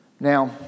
Now